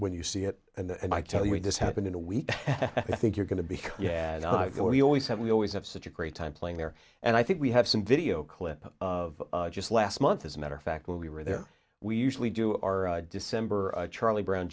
when you see it and i tell you this happened in a week i think you're going to be yeah i know you always have we always have such a great time playing there and i think we have some video clip of just last month as a matter of fact when we were there we usually do our december charlie brown